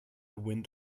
wind